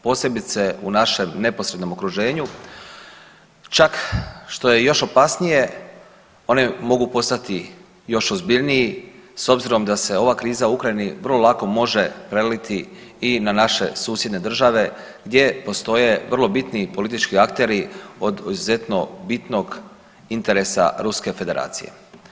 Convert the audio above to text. Posebice u našem neposrednom okruženju, čak što je još opasnije one mogu postati još ozbiljniji s obzirom da se ova kriza u Ukrajini vrlo lako može preliti i na naše susjedne države gdje postoje vrlo bitni politički akteri od izuzetno bitnog interesa Ruske Federacije.